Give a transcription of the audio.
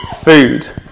food